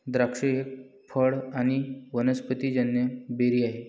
द्राक्ष एक फळ आणी वनस्पतिजन्य बेरी आहे